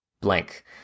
blank